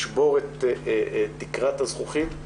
לשבור את תקרת הזכוכית.